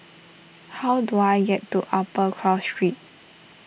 how do I get to Upper Cross Street